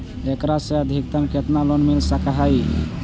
एकरा से अधिकतम केतना लोन मिल सक हइ?